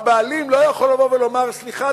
הבעלים לא יכול לבוא ולומר: סליחה,